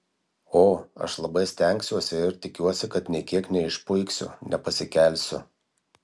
o aš labai stengsiuosi ir tikiuosi kad nė kiek neišpuiksiu nepasikelsiu